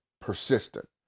persistent